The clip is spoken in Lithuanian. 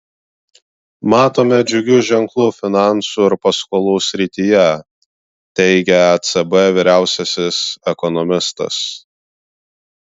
matome džiugių ženklų finansų ir paskolų srityje teigia ecb vyriausiasis ekonomistas